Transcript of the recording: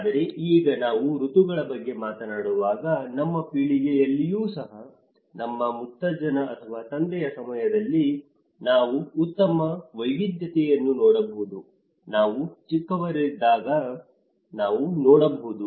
ಆದರೆ ಈಗ ನಾವು ಋತುಗಳ ಬಗ್ಗೆ ಮಾತನಾಡುವಾಗ ನಮ್ಮ ಪೀಳಿಗೆಯಲ್ಲಿಯೂ ಸಹ ನಮ್ಮ ಮುತ್ತಜ್ಜನ ಅಥವಾ ತಂದೆಯ ಸಮಯದಲ್ಲಿ ನಾವು ಉತ್ತಮ ವೈವಿಧ್ಯತೆಯನ್ನು ನೋಡಬಹುದು ನಾವು ಚಿಕ್ಕವರಾಗಿದ್ದಾಗ ನಾವು ನೋಡಬಹುದು